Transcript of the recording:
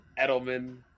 Edelman